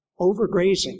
overgrazing